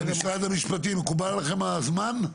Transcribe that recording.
משרד המשפטים, מקובל עליכם הזמן?